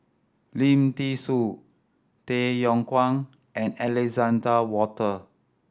Lim Thean Soo Tay Yong Kwang and Alexander Wolter